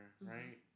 right